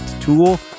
tool